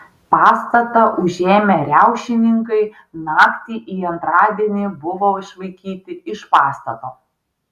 pastatą užėmę riaušininkai naktį į antradienį buvo išvaikyti iš pastato